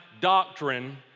doctrine